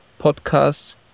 podcasts